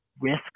risk